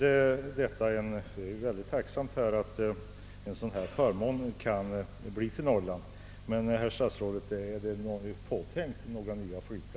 Det vore synnerligen tacknämligt om Norrland kunde få en sådan förmån, men, herr statsråd, är några fler flygplatser där över huvud taget påtänkta?